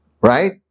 Right